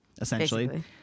essentially